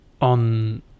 on